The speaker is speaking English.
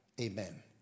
Amen